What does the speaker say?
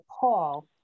Paul